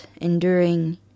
enduring